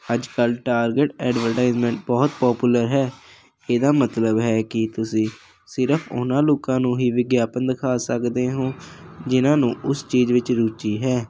ਅੱਜ ਕੱਲ੍ਹ target advertisement ਬਹੁਤ ਪਾਪੂਲਰ ਹੈ ਇਹਦਾ ਮਤਲਬ ਹੈ ਕਿ ਤੁਸੀਂ ਸਿਰਫ਼ ਉਹਨਾਂ ਲੋਕਾਂ ਨੂੰ ਹੀ ਵਿਗਿਆਪਨ ਦਿਖਾ ਸਕਦੇ ਹੋ ਜਿਨਾਂ ਨੂੰ ਉਸ ਚੀਜ਼ ਵਿੱਚ ਰੁਚੀ ਹੈ